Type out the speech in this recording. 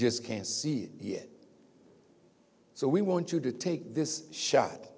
just can't see it yet so we want you to take this shot